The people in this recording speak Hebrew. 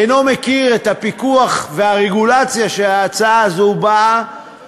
אינו מכיר את הפיקוח והרגולציה שההצעה הזאת באה